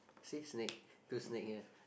see snake two snake here